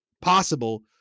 possible